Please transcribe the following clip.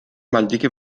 maldika